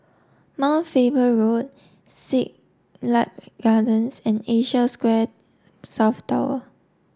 Mount Faber Road Siglap Gardens and Asia Square South Tower